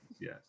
yes